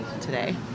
today